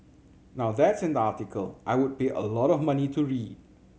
now that's an article I would pay a lot of money to read